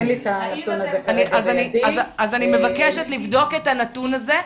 אני מבקשת לבדוק את הנתון הזה,